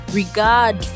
regard